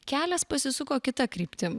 kelias pasisuko kita kryptim